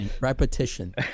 repetition